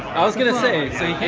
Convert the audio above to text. i was gonna say.